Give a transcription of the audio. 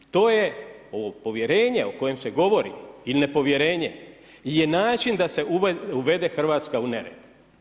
To je, ovo povjerenje o kojem se govori ili nepovjerenje je način da se uvede Hrvatska u nered.